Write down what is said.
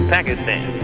Pakistan